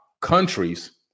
countries